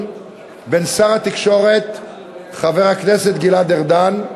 עם שר‏ התקשורת,‏ חבר הכנסת‏ גלעד ‏ארדן,